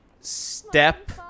step